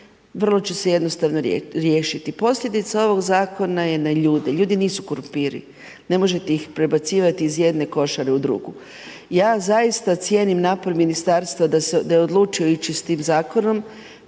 vrlo će se jednostavno riješiti. Posljedica ovog zakona je na ljude. Ljudi nisu krumpiri. Ne možete ih prebacivati iz jedne košare u drugu. Ja zaista cijenim napor ministarstva da je odlučio ići s tim zakonom.